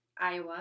Iowa